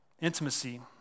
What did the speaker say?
intimacy